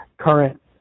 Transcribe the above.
current